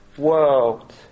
world